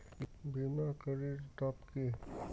বিমা করির লাভ কি?